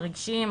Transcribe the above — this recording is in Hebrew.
הרגשיים,